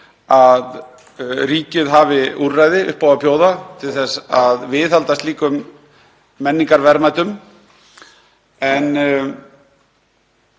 að ríkið hafi úrræði upp á að bjóða til þess að viðhalda slíkum menningarverðmætum. En